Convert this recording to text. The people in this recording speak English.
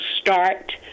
start